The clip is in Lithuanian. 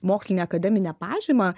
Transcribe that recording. mokslinę akademinę pažymą